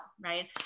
right